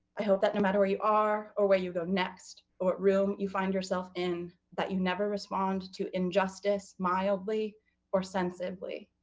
i hope that no matter where you are or where you go next, what room you find yourself in, that you never respond to injustice mildly or sensitively.